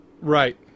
Right